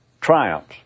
triumphs